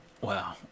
Wow